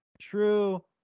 true